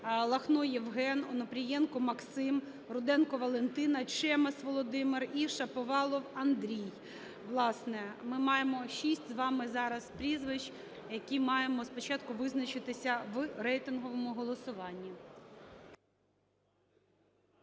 Лахно Євген, Онопрієнко Максим, Руденко Валентина, Чемес Володимир і Шаповалов Андрій, власне. Ми маємо шість з вами зараз прізвищ, які маємо спочатку визначитися в рейтинговому голосуванні.